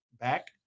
back